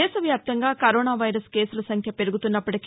దేశవ్యాప్తంగా corona virus కేసలు సంఖ్య పెరుగుతున్నప్పటికి